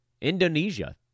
Indonesia